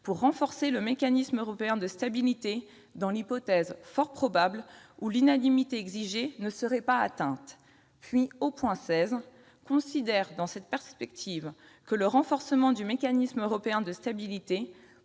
pour renforcer le Mécanisme européen de stabilité dans l'hypothèse, fort probable, où l'unanimité exigée ne serait pas atteinte. » Ensuite, au point 16, l'Assemblée nationale « considère, dans cette perspective, que le renforcement du Mécanisme européen de stabilité